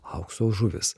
aukso žuvys